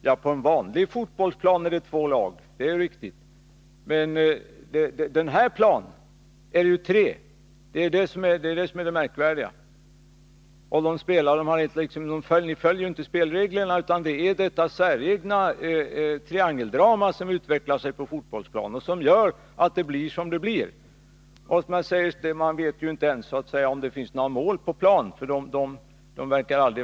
Herr talman! På en vanlig fotbollsplan är det två lag — det är riktigt. Men på denna plan är det tre. Det är det som är det märkvärdiga. Dessutom följer de inte spelreglerna, utan det är det säregna triangeldrama som utvecklar sig på fotbollsplanen som gör att det blir som det blir. Man vet inte ens om det finns några mål på planen.